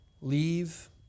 leave